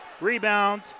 Rebound